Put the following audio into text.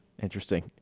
interesting